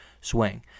swing